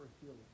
healing